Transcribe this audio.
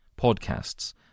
podcasts